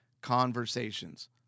conversations